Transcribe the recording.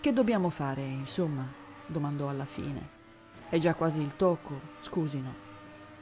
che dobbiamo fare insomma domandò alla fine è già quasi il tocco scusino